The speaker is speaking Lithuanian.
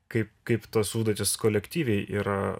kaip kaip tos užduotys kolektyviai yra